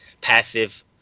passive